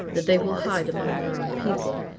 that they will hide among their own people.